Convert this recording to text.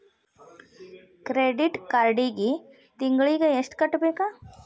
credit ಕಾರ್ಡಿಗಿ ತಿಂಗಳಿಗಿ ಎಷ್ಟ ಕಟ್ಟಬೇಕ